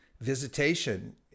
visitation